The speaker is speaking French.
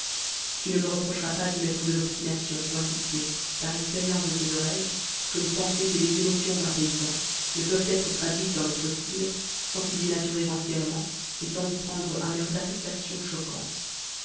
tu ne me reprocheras pas d'y mettre de l'obstination toi qui sais par expérience de tes oreilles que les pensées et les émotions d'un paysan ne peuvent être traduites dans notre style sans s'y dénaturer entièrement et sans y prendre un air d'affectation choquante